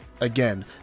again